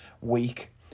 week